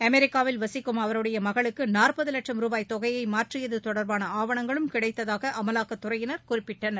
அமெரிக்காவில் வசிக்கும் அவருடைய மகளுக்கு நாற்பது லட்சும் ரூபாய் தொகையை மாற்றியது தொடர்பான ஆவணங்களும் கிடைத்ததாக அமவாக்கத்துறையினர் குறிப்பிட்டனர்